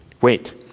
Wait